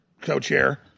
co-chair